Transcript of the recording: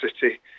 City